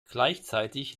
gleichzeitig